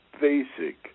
basic